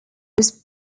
was